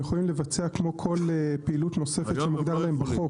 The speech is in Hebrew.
הם יכולים לבצע כמו כל פעילות נוספת שכתובה להם בחוק.